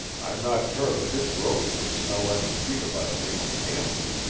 i'm not sure that this rose would smell any sweeter by the name of canton.